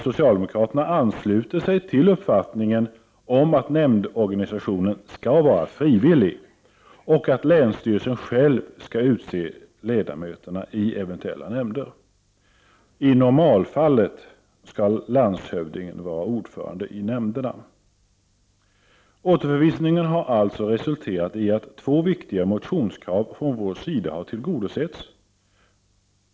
Socialdemokraterna ansluter sig till uppfattningen om att nämndorganisationen skall vara frivillig och att länsstyrelsen själv skall utse ledamöterna i eventuella nämnder. I normalfallet skall landshövdingen vara ordförande i nämnderna. Återförvisningen har alltså resulterat i att två viktiga motionskrav från vår sida har tillgodosetts.